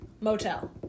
motel